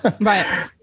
right